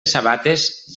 sabates